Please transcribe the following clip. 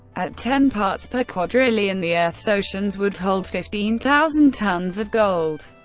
at ten parts per quadrillion the earth's oceans would hold fifteen thousand tonnes of gold.